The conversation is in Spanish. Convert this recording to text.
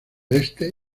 este